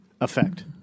effect